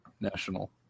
national